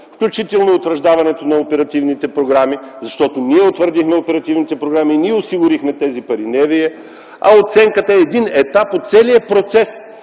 включително утвърждаването на оперативните програми. Защото ние утвърдихме оперативните програми, ние осигурихме тези пари, не Вие, а оценката е един етап от целия процес.